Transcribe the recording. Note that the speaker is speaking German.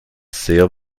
sehr